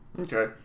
Okay